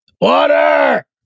Water